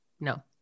No